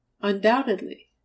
Undoubtedly